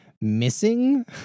missing